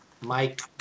Mike